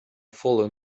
fallen